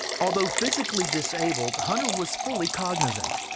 although physically disabled, hunter was fully cognizant.